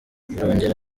birongera